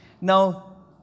Now